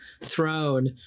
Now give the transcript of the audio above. throne